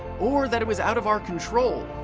or that it was out of our control.